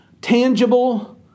tangible